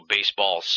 Baseball